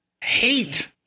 Hate